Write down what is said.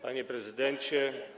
Panie Prezydencie!